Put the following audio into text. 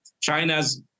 China's